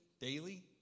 daily